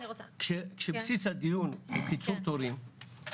כשבסיס הדיון הוא קיצור תורים,